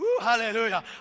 Hallelujah